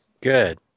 Good